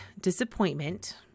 disappointment